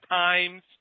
times